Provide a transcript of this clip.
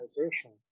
organization